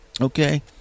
Okay